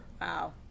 Wow